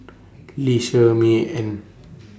Lee Shermay and